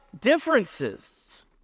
differences